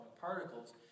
particles